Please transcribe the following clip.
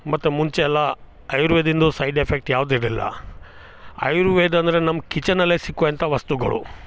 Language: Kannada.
ಮತ್ತು ಮುಂಚೆಯೆಲ್ಲ ಆಯುರ್ವೇದದ್ದು ಸೈಡ್ ಎಫೆಕ್ಟ್ ಯಾವ್ದೂ ಇರ್ಲಿಲ್ಲ ಆಯುರ್ವೇದ ಅಂದರೆ ನಮ್ಮ ಕಿಚನ್ನಲ್ಲೇ ಸಿಗುವಂಥ ವಸ್ತುಗಳು